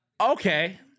Okay